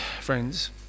friends